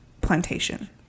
plantation